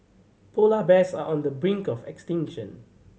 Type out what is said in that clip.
polar bears are on the brink of extinction